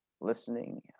listening